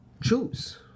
choose